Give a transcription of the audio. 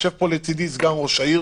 יושב פה לצידי סגן ראש העיר,